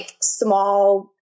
small